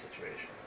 situation